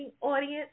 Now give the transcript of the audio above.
audience